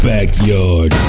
Backyard